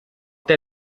der